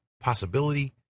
possibility